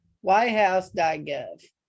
whitehouse.gov